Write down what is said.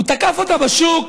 הוא תקף אותה בשוק